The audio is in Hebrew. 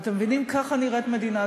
אתם מבינים, ככה נראית מדינה דו-לאומית.